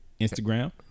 Instagram